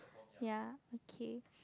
ya okay